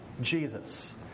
Jesus